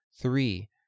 Three